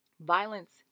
Violence